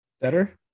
better